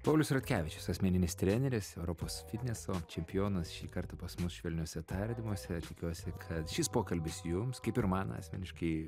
paulius ratkevičius asmeninis treneris europos fitneso čempionas šį kartą pas mus švelniuose tardymuose tikiuosi kad šis pokalbis jums kaip ir man asmeniškai